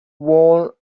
wore